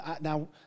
now